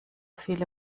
viele